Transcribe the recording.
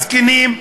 הזקנים,